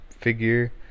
figure